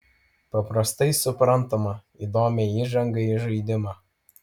paprastai suprantamą įdomią įžangą į žaidimą